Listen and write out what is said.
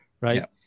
right